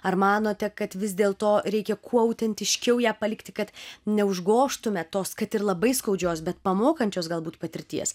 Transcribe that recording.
ar manote kad vis dėl to reikia kuo autentiškiau ją palikti kad neužgožtume tos kad ir labai skaudžios bet pamokančios galbūt patirties